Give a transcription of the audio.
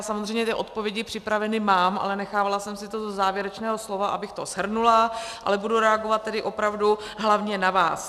Samozřejmě ty odpovědi připraveny mám, ale nechávala jsem si to do závěrečného slova, abych to shrnula, ale budu reagovat tedy opravdu hlavně na vás.